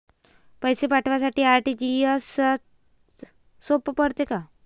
पैसे पाठवासाठी आर.टी.जी.एसचं सोप पडते का?